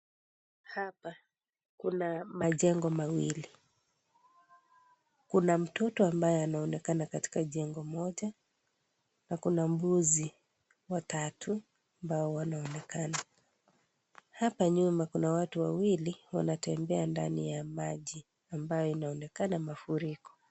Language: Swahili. Hapa kuna majengo mawili. Kuna mtoto ambaye anaonekana katika jengo moja, na kuna mbuzi watatu, ambao wanaonekana. Hapa nyuma kuna watu wawili, wanatembea ndani ya maji ambaye inaonekana mafuriko.